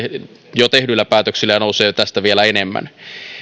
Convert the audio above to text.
jo tehdyillä päätöksillä ja nousee tästä vielä enemmän